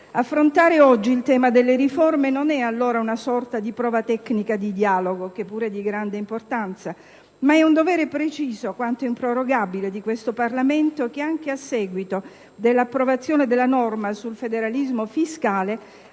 Affrontare oggi il tema delle riforme non è allora una sorta di prova tecnica di dialogo (che pure è di grande importanza), ma è un dovere preciso quanto improrogabile di questo Parlamento che, anche a seguito dell'approvazione della norma sul federalismo fiscale,